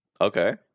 okay